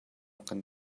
kan